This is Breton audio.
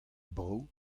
brav